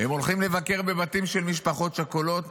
הם הולכים לבקר בבתים של משפחות שכולות